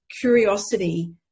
curiosity